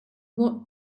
what